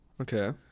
Okay